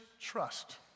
trust